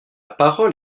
parole